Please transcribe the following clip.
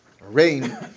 rain